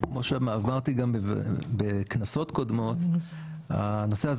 כמו שאמרתי גם בכנסות קודמות - הנושא הזה